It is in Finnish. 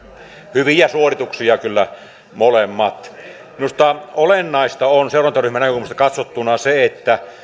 hyviä suorituksia kyllä molemmat minusta olennaista on seurantaryhmän näkökulmasta katsottuna se että